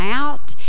out